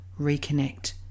reconnect